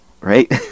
right